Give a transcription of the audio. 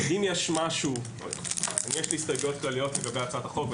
אם יש לי הסתייגויות כלליות לגבי הצעת החוק,